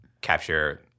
capture